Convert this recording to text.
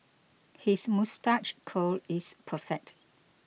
his moustache curl is perfect